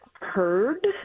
Heard